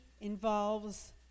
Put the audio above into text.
involves